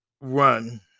run